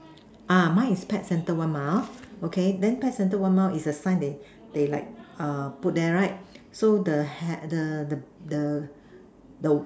ah mine is pet center one mile okay then pet center one mile is a sign that they they like err put there right so the hand the the the